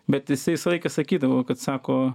bet jisai visą laiką sakydavo kad sako